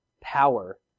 power